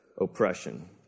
oppression